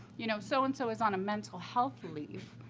you know, so and so is on a mental health leave,